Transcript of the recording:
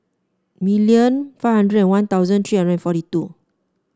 million five hundred and One Thousand three hundred forty two